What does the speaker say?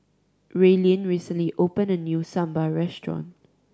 Raelynn recently opened a new Sambar restaurant